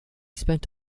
spent